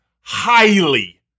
highly